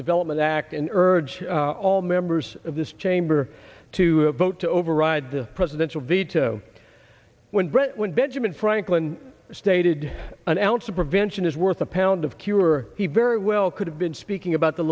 development act in urge all members of this chamber to vote to override the presidential veto when brentwood benjamin franklin stated announce a prevention is worth a pound of cure he very well could have been speaking about the